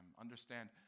understand